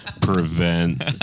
prevent